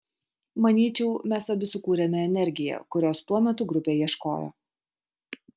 manyčiau mes abi sukūrėme energiją kurios tuo metu grupė ieškojo